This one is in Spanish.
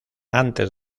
antes